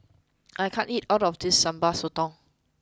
I can't eat all of this Sambal Sotong